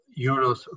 euros